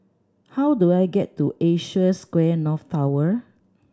how do I get to Asia Square North Tower